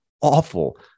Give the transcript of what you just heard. awful